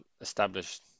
established